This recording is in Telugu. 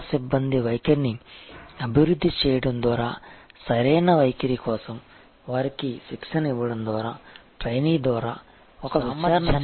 సేవా సిబ్బంది వైఖరిని అభివృద్ధి చేయడం ద్వారా సరైన వైఖరి కోసం వారికి శిక్షణ ఇవ్వడం ద్వారా ట్రైనీ ద్వారా ఒకరు విచారణ చేసి చెప్పవచ్చు